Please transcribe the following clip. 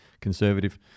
conservative